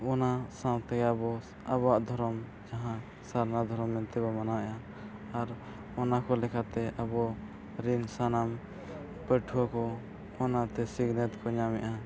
ᱚᱱᱟ ᱥᱟᱶᱛᱮ ᱟᱵᱚ ᱟᱵᱚᱣᱟᱜ ᱫᱷᱚᱨᱚᱢ ᱡᱟᱦᱟᱸ ᱥᱟᱨᱱᱟ ᱫᱷᱚᱨᱚᱢ ᱢᱮᱱᱛᱮᱵᱚᱱ ᱢᱟᱱᱟᱣᱮᱫᱼᱟ ᱟᱨ ᱚᱱᱟᱠᱚ ᱞᱮᱠᱟᱛᱮ ᱟᱵᱚᱨᱮᱱ ᱥᱟᱱᱟᱢ ᱯᱟᱹᱴᱷᱩᱭᱟᱹ ᱠᱚ ᱚᱱᱟᱛᱮ ᱥᱤᱠᱷᱟᱹᱱᱟᱛ ᱠᱚ ᱧᱟᱢᱮᱜᱼᱟ